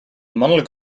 mannelijk